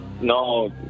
No